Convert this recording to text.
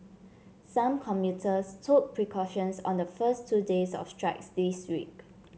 some commuters took precautions on the first two days of strikes this week